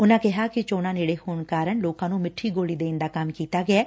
ਉਨੂਾ ਕਿਹਾ ਕਿ ਚੋਣਾ ਨੇੜੇ ਹੋਣ ਕਾਰਨ ਲੋਕਾ ਨੂੰ ਸਿੱਠੀ ਗੋਲੀ ਦੇਣ ਦਾ ਕੰਮ ਕੀਤਾ ਗਿਐ